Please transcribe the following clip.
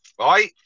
right